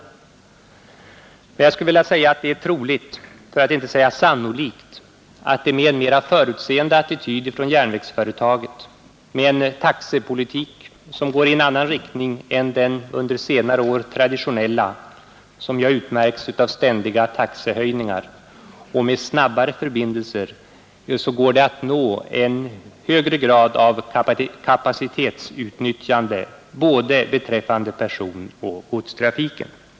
Men jag skulle vilja säga att det är troligt, för att inte säga sannolikt, att det med en mera förutseende attityd hos järnvägsföretaget, med en taxepolitik som går i en annan riktning än den under senare år traditionella, som ju har utmärkts av ständiga taxehöjningar, och med snabbare förbindelser går att nå en högre grad av kapacitetsutnyttjande beträffande både personoch godstrafiken.